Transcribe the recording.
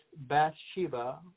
Bathsheba